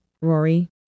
Rory